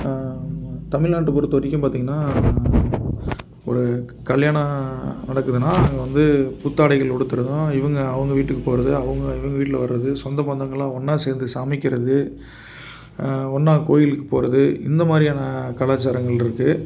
தமிழ்நாட்டு பொறுத்த வரைக்கும் பார்த்தீங்கன்னா ஒரு கல்யாணம் நடக்குறதுன்னா அங்கே வந்து புத்தாடைகள் உடுத்துறதும் இவங்க அவங்க வீட்டுக்கு போவது அவங்க இவங்க வீட்டில வரது சொந்தபந்தங்கள்லாம் ஒன்றா சேர்ந்து சமைக்கிறது ஒன்றா கோயிலுக்கு போவது இந்த மாதிரியான கலாச்சாரங்கள் இருக்குது